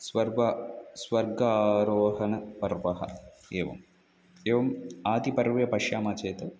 swerve स्वर्गारोहणपर्व एवम् एवम् आदिपर्वे पश्यामश्चेत्